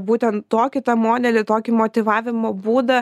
būtent tokį modelį tokį motyvavimo būdą